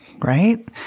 right